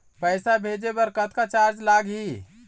पैसा भेजे बर कतक चार्ज लगही?